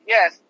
Yes